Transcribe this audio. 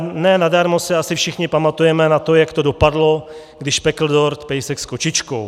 Ne nadarmo se asi všichni pamatujeme na to, jak to dopadlo, když pekl dort pejsek s kočičkou.